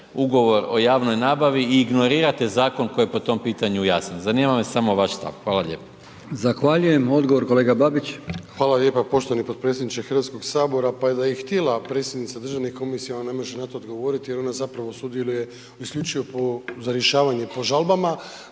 ugovor o javnoj nabavi i ignorirate zakon koji je po tom pitanju jasan. Zanima me samo vaš stav. Hvala lijepo.